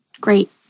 great